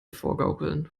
vorgaukeln